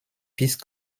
peace